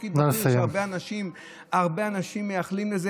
בתפקיד שיש הרבה אנשים שמייחלים לו.